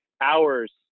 hours